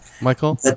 Michael